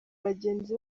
bagenzi